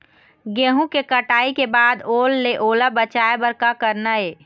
गेहूं के कटाई के बाद ओल ले ओला बचाए बर का करना ये?